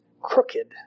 crooked